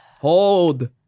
hold